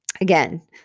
Again